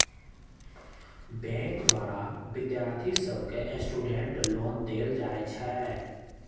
bank द्वारा विद्यार्थि सभके स्टूडेंट लोन देल जाइ छइ